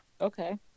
Okay